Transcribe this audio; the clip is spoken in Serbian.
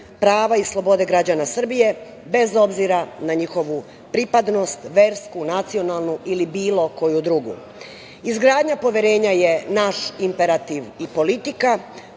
prava i slobode građana Srbije, bez obzira na njihovu pripadnost, versku, nacionalnu ili bilo koju drugu. Izgradnja poverenja je naš imperativ i politika,